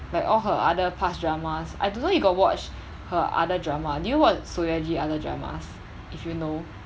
like all her other past dramas I don't know you got watch her other drama did you watch seo ye ji other dramas if you know